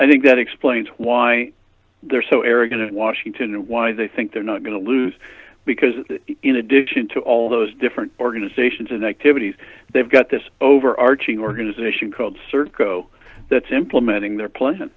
i think that explains why they're so arrogant in washington and why they think they're not going to lose because in addition to all those different organizations and activities they've got this overarching organization called serco that's implementing their pla